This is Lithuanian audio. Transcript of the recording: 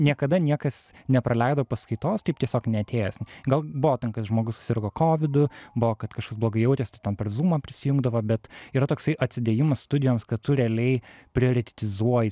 niekada niekas nepraleido paskaitos taip tiesiog neatėjęs gal buvo ten kad žmogus susirgo kovidu buvo kad kažkas blogai jautėsi tai ten per zūmą prisijungdavo bet yra toksai atsidėjimas studijoms kad tu realiai prioritetizuoji